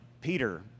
Peter